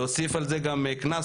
להוסיף על זה גם קנס,